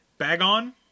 Bagon